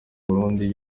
burundi